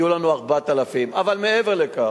יהיו לנו 4,000. אבל מעבר לכך,